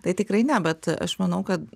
tai tikrai ne bet aš manau kad